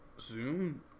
Zoom